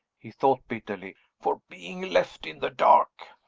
he thought bitterly, for being left in the dark.